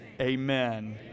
amen